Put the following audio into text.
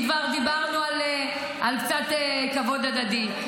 אותך --- אם כבר דיברנו על קצת כבוד הדדי,